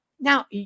Now